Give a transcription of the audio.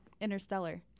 interstellar